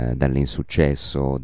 dall'insuccesso